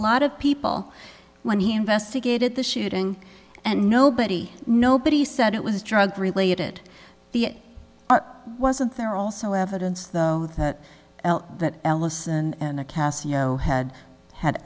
lot of people when he investigated the shooting and nobody nobody said it was drug related the it wasn't there also evidence though that that ellis and the casio had had